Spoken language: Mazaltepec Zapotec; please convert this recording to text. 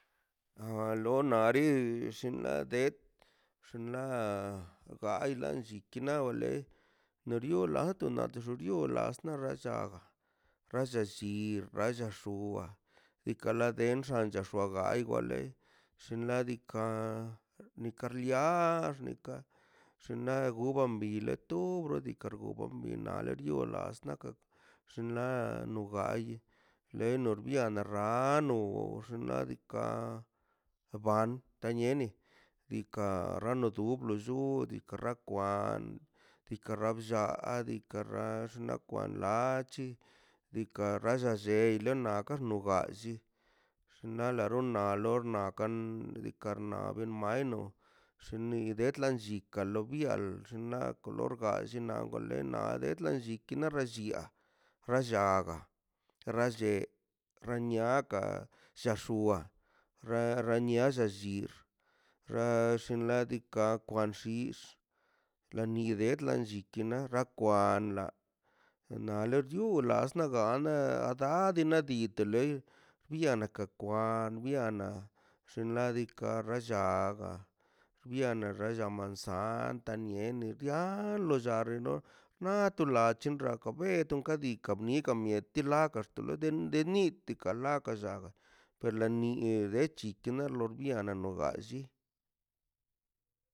An lo nari xinla det xinla gailan xitinla ga ole nario latun nax uriolax naxt la llagan ralla llinga lalla xuga diika la xan lluga tuagai la we xinladika nika riax nika xinla gugan to rgoka noman ni nale rio las nakan xinla no gai len norbiana rano o xinladika ta niene rika rano du llu diikaꞌ ra diika rablla diika rall xnaꞌ kwan la chi diikaꞌ rall da lleile na nakax no gall lli xnaꞌ la ronna ro um dikana mai no diika retran to bial xinna kolor gallina wale na a detlan lliken ware llia ra lliaga rallé raniaka lla ruga re raniaga lli yix̱ꞌ ra xinladika yix̱ꞌlanidet lanlli gakwan la na le duurla nasta gane na dade logadimi ite le biana ta kwa biana xinladika rallaga xiana laga mansantanie luguia lolla lo renol la tu chach ratuka beto riga ika mieti miet dilaga xto miel de nitika dala lliaga perlo niegue llite lor bian na no galli